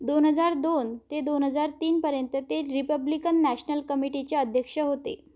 दोन हजार दोन ते दोन हजार तीनपर्यंत ते रिपब्लिकन नॅशनल कमिटीचे अध्यक्ष होते